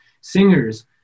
singers